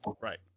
Right